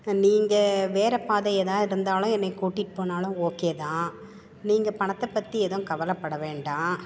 நீங்கள் வேறு பாதை ஏதாவது இருந்தாலும் என்னை கூட்டிகிட்டு போனாலும் ஓகே தான் நீங்கள் பணத்தை பற்றி எதுவும் கவலைப்பட வேண்டாம்